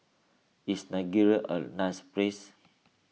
is Nigeria a nice place